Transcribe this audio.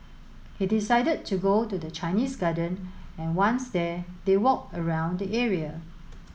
he decided to go to the Chinese Garden and once there they walked around the area